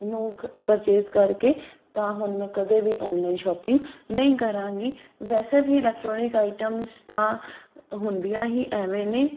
ਨੂੰ ਪਰਚੇਜ਼ ਕਰਕੇ ਤਾਂ ਹੁਣ ਮੈਂ ਕਦੇ ਵੀ ਓਨਲਾਈਨ ਸ਼ੋਪਿੰਗ ਨਹੀਂ ਕਰਾਂਗੀ ਵੈਸੇ ਵੀ ਇਲੈਕਟਰੋਨਿਕ ਆਈਟਮਸ ਤਾਂ ਹੁੰਦੀਆਂ ਹੀ ਐਵੇਂ ਨੇ